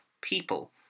people